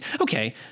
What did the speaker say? Okay